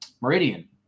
Meridian